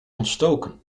ontstoken